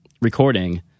recording